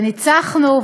וניצחנו,